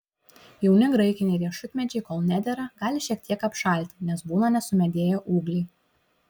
jauni graikiniai riešutmedžiai kol nedera gali šiek tiek apšalti nes būna nesumedėję ūgliai